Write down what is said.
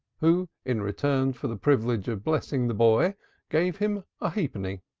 who in return for the privilege of blessing the boy gave him a halfpenny.